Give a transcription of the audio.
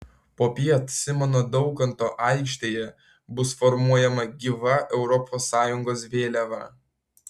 popiet simono daukanto aikštėje bus formuojama gyva europos sąjungos vėliava